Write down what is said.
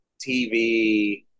TV